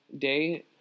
day